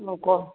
no ক